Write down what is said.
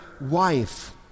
wife